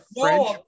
French